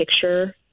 picture